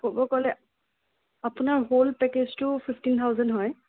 ক'ব গ'লে আপোনাৰ হ'ল পেকেজটো ফিফটিন থাউচেণ্ড হয়